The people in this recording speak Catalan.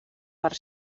per